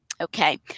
Okay